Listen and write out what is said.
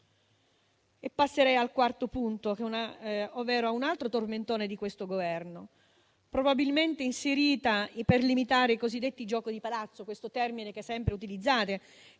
Passerei al quarto punto, ovvero a un altro tormentone di questo Governo, probabilmente inserito per limitare i cosiddetti giochi di palazzo, con questo termine che sempre utilizzate